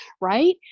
right